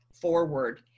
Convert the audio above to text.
forward